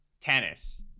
Tennis